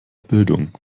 bildung